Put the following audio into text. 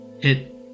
hit